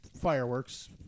fireworks